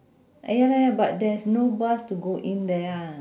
ah ya lah ya but there's no bus to go in there ah